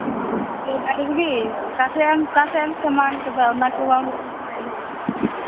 ᱠᱷᱩᱞᱟᱹᱣ ᱠᱟᱜ ᱨᱮᱜᱮ ᱚᱠᱟ ᱥᱮᱫ ᱚᱠᱟ ᱥᱮᱫ ᱮᱢ ᱥᱟᱢᱟᱝ ᱠᱟᱫᱟ ᱚᱱᱟ ᱠᱚ ᱵᱟᱝ